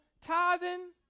tithing